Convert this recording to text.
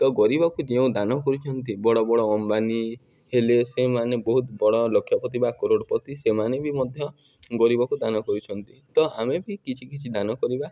ତ ଗରିବକୁ ଯେଉଁ ଦାନ କରୁଛନ୍ତି ବଡ଼ ବଡ଼ ଅମ୍ବାନୀ ହେଲେ ସେମାନେ ବହୁତ ବଡ଼ ଲକ୍ଷ୍ୟପତି ବା କରୋଡ଼ପତି ସେମାନେ ବି ମଧ୍ୟ ଗରିବକୁ ଦାନ କରୁଛନ୍ତି ତ ଆମେ ବି କିଛି କିଛି ଦାନ କରିବା